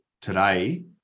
today